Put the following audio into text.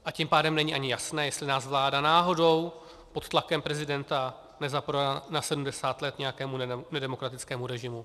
A tím pádem není ani jasné, jestli nás vláda náhodou pod tlakem prezidenta nezaprodá na 70 let nějakému nedemokratickému režimu.